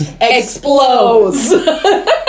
explodes